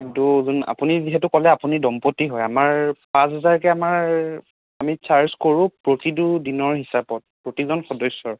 কিন্তু আপুনি যিহেতু ক'লে আপুনি দম্পতী হয় আমাৰ পাঁচহাজাৰকে আমাৰ আমি চাৰ্জ কৰোঁ প্ৰতিটো দিনৰ হিচাপত প্ৰতিজন সদস্যৰ